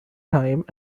times